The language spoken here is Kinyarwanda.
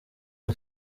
nta